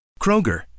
Kroger